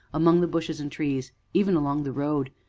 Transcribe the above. among the bushes and trees, even along the road.